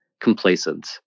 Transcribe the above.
complacent